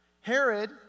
Herod